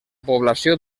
població